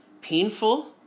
painful